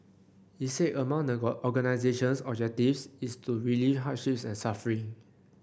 he said among the organisation's objectives is to relieve hardships and suffering